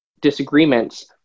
disagreements